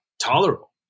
tolerable